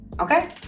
Okay